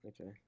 Okay